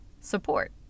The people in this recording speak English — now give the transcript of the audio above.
support